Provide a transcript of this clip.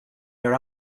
your